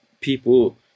people